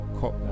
cop